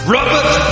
Robert